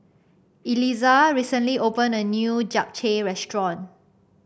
Elizah recently opened a new Japchae Restaurant